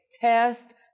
Test